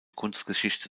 kunstgeschichte